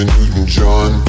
Newton-John